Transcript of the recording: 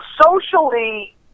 socially